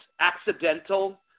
accidental –